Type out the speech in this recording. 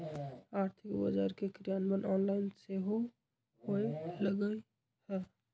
आर्थिक बजार के क्रियान्वयन ऑनलाइन सेहो होय लगलइ ह